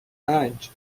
پنج